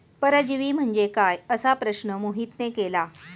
परजीवी म्हणजे काय? असा प्रश्न मोहितने केला